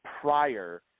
prior